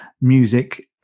music